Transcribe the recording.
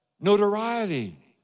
notoriety